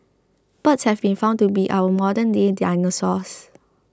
birds have been found to be our modernday dinosaurs